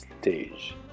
stage